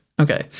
Okay